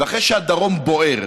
ואחרי שהדרום בוער,